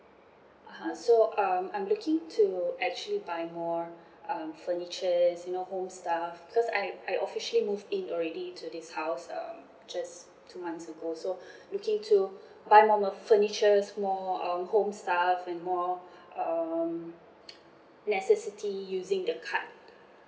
(uh huh) so um I'm looking to actually buy more um furnitures you know home stuff because I I officially move in already to this house um just two months ago so looking to buy more m~ furnitures more um home stuff and more um necessity using the card